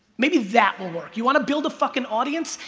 maybe that will work. you want to build a fucking audience?